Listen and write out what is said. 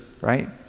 right